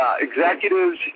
executives